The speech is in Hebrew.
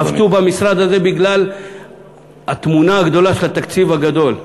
חבטו במשרד הזה בגלל התמונה הגדולה של התקציב הגדול.